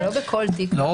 אבל